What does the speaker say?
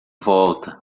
volta